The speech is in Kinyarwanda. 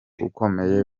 ukomeye